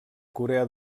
corea